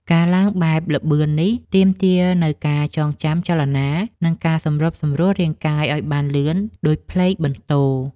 ការឡើងបែបល្បឿននេះ ទាមទារនូវការចងចាំចលនា និងការសម្របសម្រួលរាងកាយឱ្យបានលឿនដូចផ្លេកបន្ទោរ។